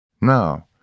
Now